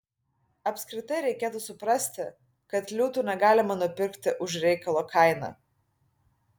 apskritai reikėtų suprasti kad liūtų negalima nupirkti už reikalo kainą